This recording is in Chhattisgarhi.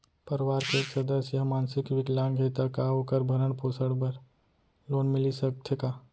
परवार के एक सदस्य हा मानसिक विकलांग हे त का वोकर भरण पोषण बर लोन मिलिस सकथे का?